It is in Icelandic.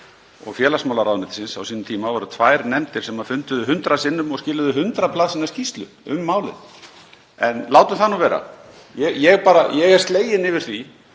og félagsmálaráðuneytisins á sínum tíma, það voru tvær nefndir sem funduðu 100 sinnum og skiluðu 100 blaðsíðna skýrslu um málið. En látum það nú vera. Ég er sleginn yfir því